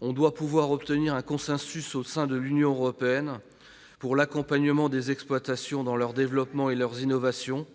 on doit pouvoir obtenir un consensus au sein de l'Union européenne pour l'accompagnement des exploitations dans leur développement et leurs innovations,